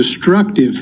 destructive